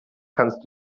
kannst